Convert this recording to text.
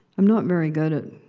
i'm not very good at